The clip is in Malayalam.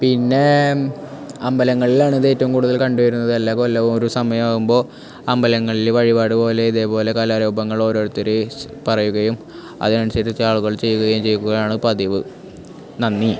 പിന്നെ അമ്പലങ്ങളിൽ ആണിത് ഏറ്റവും കൂടുതൽ കണ്ടുവരുന്നത് എല്ലാ കൊല്ലവും ഒരു സമയം ആകുമ്പോൾ അമ്പലങ്ങളിൽ വഴിപാട് പോലെ ഇതേപോലെ കലാരൂപങ്ങൾ ഓരോരുത്തർ പറയുകയും അതിനനുസരിച്ച് ആളുകൾ ചെയ്യുകയും ചെയ്യുകയാണ് പതിവ് നന്ദി